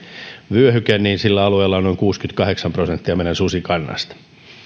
vyöhyke ulottuvalla alueella on noin kuusikymmentäkahdeksan prosenttia meidän susikannasta